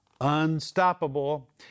unstoppable